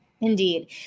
Indeed